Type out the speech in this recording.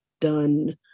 done